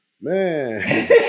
Man